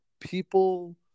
People